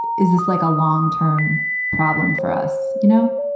is this like a long term problem for us? you know,